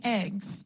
eggs